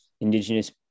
indigenous